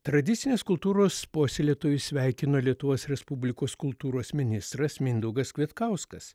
tradicinės kultūros puoselėtojus sveikino lietuvos respublikos kultūros ministras mindaugas kvietkauskas